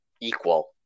equal